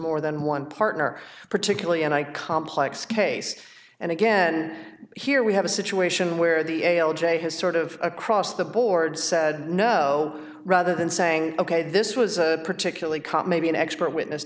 more than one partner particularly and i complex case and again here we have a situation where the a l j has sort of across the board said no rather than saying ok this was particularly caught maybe an expert witness